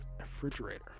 refrigerator